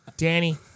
Danny